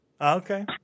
Okay